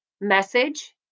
message